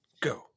go